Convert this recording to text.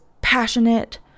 passionate